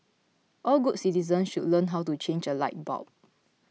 all good citizens should learn how to change a light bulb